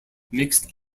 mixed